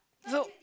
so